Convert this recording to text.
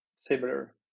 similar